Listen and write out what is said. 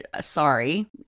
sorry